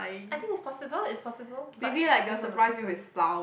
I think it's possible it's possible but it depends on the person